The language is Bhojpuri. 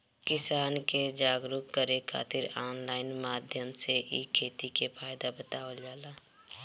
किसान के जागरुक करे खातिर ऑनलाइन माध्यम से इ खेती के फायदा बतावल जाला